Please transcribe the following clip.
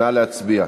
נא להצביע.